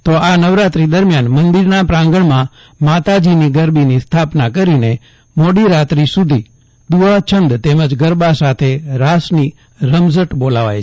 તો આ નવરાત્રિ દરમિયાન મંદિરના પ્રાંગણમાં માતાજીની ગરબીની સ્થાપના કરીને મોડી રાત્રિ સુધી દુફા છંદ તેમજ ગરબા સાથે રાસની બોલાવાય ર મઝટ છે